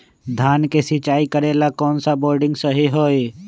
धान के सिचाई करे ला कौन सा बोर्डिंग सही होई?